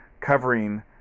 covering